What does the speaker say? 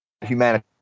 humanity